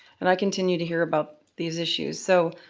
and i continue to hear about these issues. so,